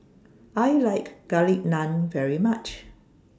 I like Garlic Naan very much